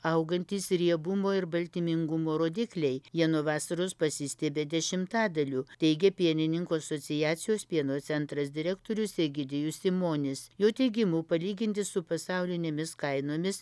augantys riebumo ir baltymingumo rodikliai jie nuo vasaros pasistiebė dešimtadaliu teigė pienininkų asociacijos pieno centras direktorius egidijus simonis jo teigimu palyginti su pasaulinėmis kainomis